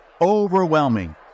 overwhelming